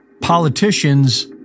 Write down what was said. Politicians